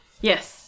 Yes